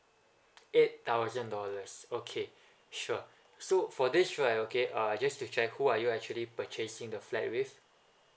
eight thousand dollars okay sure so for this okay right just to check who are you actually purchasing the flat with